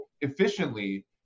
efficiently